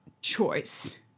choice